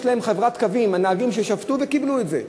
יש להם חברת "קווים" הנהגים ששבתו וקיבלו את זה.